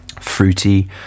fruity